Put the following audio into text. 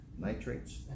Nitrates